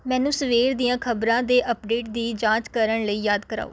ਮੈਨੂੰ ਸਵੇਰ ਦੀਆਂ ਖਬਰਾਂ ਦੇ ਅਪਡੇਟ ਦੀ ਜਾਂਚ ਕਰਨ ਲਈ ਯਾਦ ਕਰਾਓ